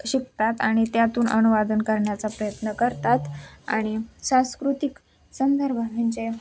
शिकतात आणि त्यातून अनुवाद करण्याचा प्रयत्न करतात आणि सांस्कृतिक संदर्भ म्हणजे